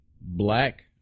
black